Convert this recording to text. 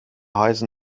heißen